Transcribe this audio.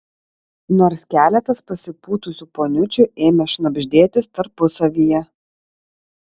nors keletas pasipūtusių poniučių ėmė šnabždėtis tarpusavyje